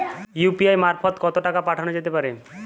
UPI মারফত কত টাকা পাঠানো যেতে পারে?